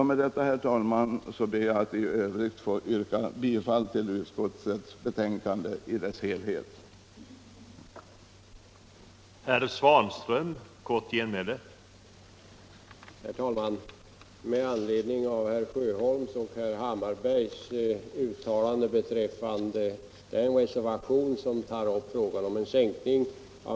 Med detta, herr talman, ber jag att få yrka bifall till utskottets hemställan innebärande avslag på de nämnda reservationerna.